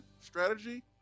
Strategy